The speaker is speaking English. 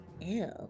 Ew